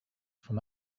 from